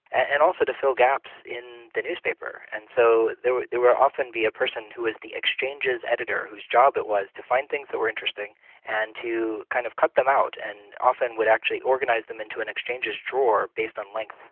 and also to fill gaps in the newspaper. and so there would often be a person who was the exchanges editor, whose job it was to find things that were interesting and to kind of cut them out and often would actually organise them into an exchanges drawer based on length.